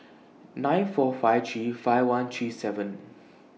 nine four five three five one three seven